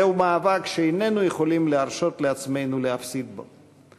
זהו מאבק שאיננו יכולים להרשות לעצמנו להפסיד בו.